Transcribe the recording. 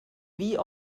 wie